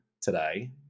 today